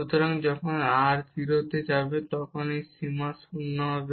সুতরাং যখন r 0 এ যাবে তখন এই সীমা 0 হবে